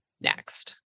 next